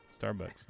Starbucks